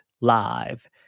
live